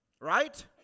Right